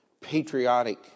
patriotic